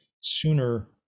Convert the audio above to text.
sooner